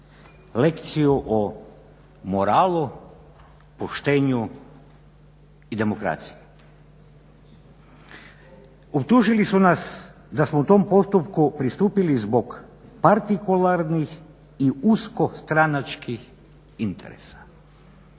lekciju o moralu, poštenju i demokraciji. Optužili su nas da smo u tom postupku pristupili zbog partikularnih i uskostranačkih interesa.